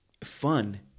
fun